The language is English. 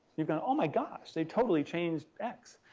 you've gone oh my gosh, they've totally changed x.